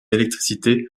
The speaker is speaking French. électricité